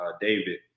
David